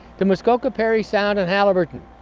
the muskoka, parry sound and haliburton.